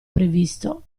previsto